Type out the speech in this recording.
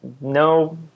No